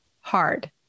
hard